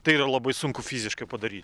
tai yra labai sunku fiziškai padary